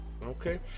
Okay